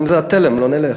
אם זה התלם, לא נלך.